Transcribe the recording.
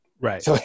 right